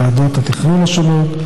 לוועדות התכנון השונות.